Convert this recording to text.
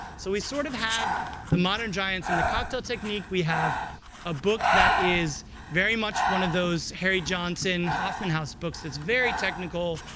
so we sort of have the modern giants in the cocktail technique. we have a book that is very much one of those harry johnson hoffman house books. it's very technical,